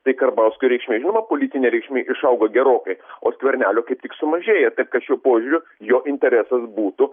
tai karbauskio reikšmė žinoma politinė reikšmė išauga gerokai o skvernelio kaip tik sumažėja taip kad šiuo požiūriu jo interesas būtų